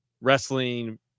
wrestling